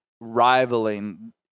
rivaling